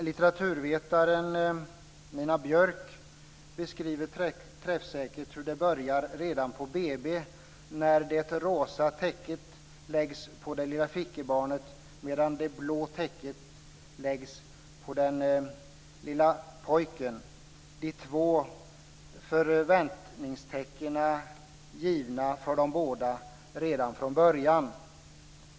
Litteraturvetaren Nina Björk beskriver träffsäkert hur det börjar redan på BB när det rosa täcket läggs på det lilla flickebarnet medan det blå täcket läggs på den lilla pojken.